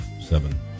seven